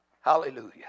Hallelujah